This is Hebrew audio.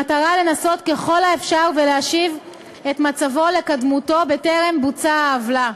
במטרה לנסות ככל האפשר להשיב את מצבו לקדמותו בטרם בוצעה העוולה,